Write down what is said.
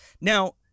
Now